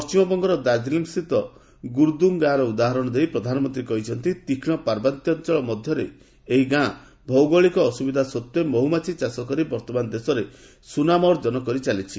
ପଣ୍ଟିମବଙ୍ଗର ଦାର୍କିଲିଂ ସ୍ଥିତ ଗୁର୍ଦୁଙ୍ଗ୍ ଗାଁର ଉଦାହରଣ ଦେଇ ପ୍ରଧାନମନ୍ତ୍ରୀ କହିଛନ୍ତି ତୀକ୍ଷ୍ଣ ପାର୍ବତ୍ୟାଞ୍ଚଳ ମଧ୍ୟରେ ଥିବା ଏହି ଗାଁ ଭୌଗୋଳିକ ଅସୁବିଧା ସତ୍ତ୍ୱେ ମହୁମାଛି ଚାଷ କରି ବର୍ତ୍ତମାନ ଦେଶରେ ସୁନାମ ଅର୍ଜନ କରିଚାଲିଛି